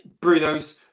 Bruno's